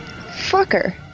fucker